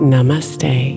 Namaste